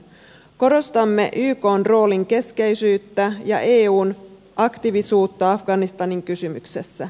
korostamme ykn roolin keskeisyyttä ja eun aktiivisuutta afganistanin kysymyksessä